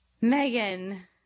Megan